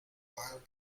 while